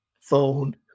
phone